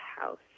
house